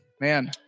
man